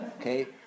Okay